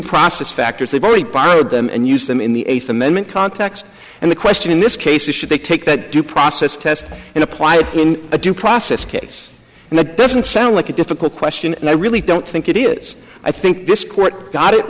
process factors they've already borrowed them and used them in the eighth amendment context and the question in this case is should they take that due process test and apply it in a due process case and it doesn't sound like a difficult question and i really don't think it is i think this court got it